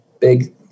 big